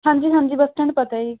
ਹਾਂਜੀ ਹਾਂਜੀ bus stand ਪਤਾ ਹੈ ਜੀ